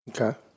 Okay